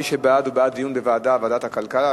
מי שבעד, הוא בעד דיון בוועדה, ועדת הכלכלה.